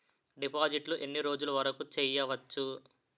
డిపాజిట్లు ఎన్ని రోజులు వరుకు చెయ్యవచ్చు?